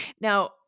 Now